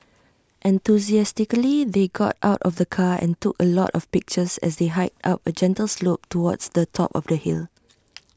enthusiastically they got out of the car and took A lot of pictures as they hiked up A gentle slope towards the top of the hill